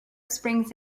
springs